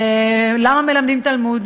למה מלמדים תלמוד?